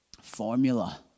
formula